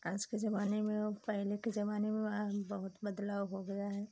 आज के जमाने में और पहले के जमाने में बहुत बदलाव हो गया है